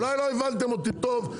אולי לא הבנתם אותי טוב,